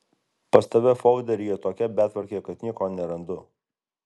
pas tave folderyje tokia betvarkė kad nieko nerandu